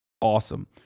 Awesome